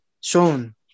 shown